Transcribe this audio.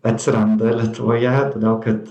atsiranda lietuvoje todėl kad